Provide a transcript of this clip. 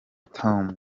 tom